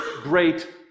great